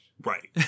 Right